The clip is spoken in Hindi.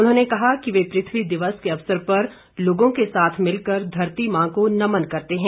उन्होंने कहा कि वे पृथ्वी दिवस के अवसर पर लोगों के साथ मिलकर धरती मां को नमन करते हैं